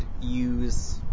use